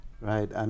right